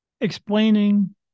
explaining